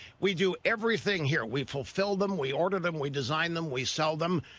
we do everything here. we fulfill them. we order them. we design them. we sell them.